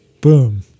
Boom